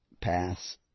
paths